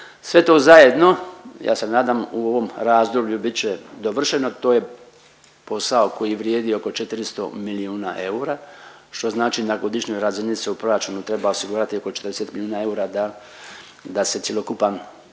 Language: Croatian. Sve to zajedno ja se nadam u ovom razdoblju bit će dovršeno. To je posao koji vrijedi oko 400 milijuna eura što znači na godišnjoj razini se u proračunu treba osigurati oko 40 milijuna eura da se cjelokupan